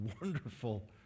wonderful